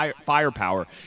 firepower